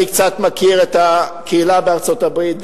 אני קצת מכיר את הקהילה בארצות-הברית,